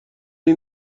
این